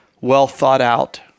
well-thought-out